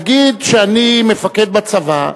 נגיד שאני מפקד בצבא,